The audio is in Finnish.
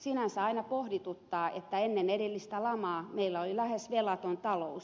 sinänsä aina pohdituttaa että ennen edellistä lamaa meillä oli lähes velaton talous